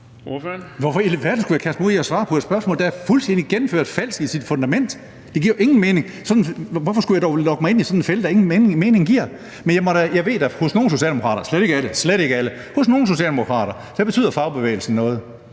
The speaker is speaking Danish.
Hvorfor i alverden skulle jeg kaste mig ud i at svare på et spørgsmål, der er fuldstændig gennemført falsk i sit fundament? Det giver jo ingen mening. Hvorfor skulle jeg dog lade mig lokke i sådan en fælde, der ingen mening giver? Men jeg ved da, at fagbevægelsen hos nogle socialdemokrater – slet ikke hos alle, men hos nogle – betyder noget,